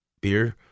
beer